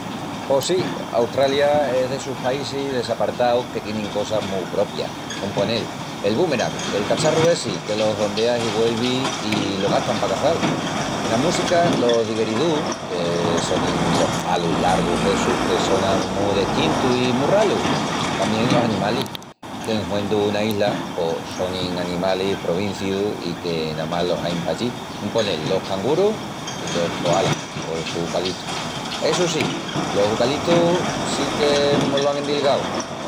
Pos sí, Australia es d'essus paísis desapartaus que tienin cosas mu propias. Un ponel, el búmeran, el cacharru essi que lo hondeas i güelvi i lo gastan pa caçal. Ena música los digeridús, que sonin los palus largus essus que sonan mu destintu i mu ralu. Tamién los animalis, que en huendu una isla, pos sonin animalis provincius i que namás los ain pallí: un ponel, los cangurus i los koalas col su ucalitu. Essu sí, los ucalitus sí que mo-los án endilgau!